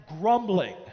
grumbling